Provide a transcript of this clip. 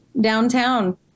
downtown